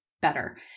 better